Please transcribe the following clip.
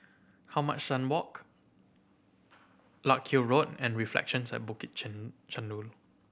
how much Sun Walk Larkhill Road and Reflections at Bukit Chandu